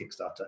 Kickstarter